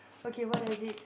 okay what does it